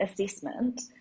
assessment